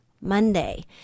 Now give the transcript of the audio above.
Monday